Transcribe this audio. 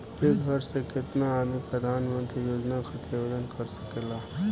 एक घर के केतना आदमी प्रधानमंत्री योजना खातिर आवेदन कर सकेला?